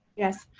yes.